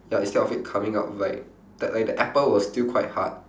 ya instead of it coming out like the like the apple was still quite hard